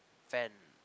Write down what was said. Van